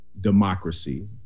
democracy